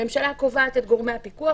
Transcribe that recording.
הממשלה קובעת את גורמי הפיקוח,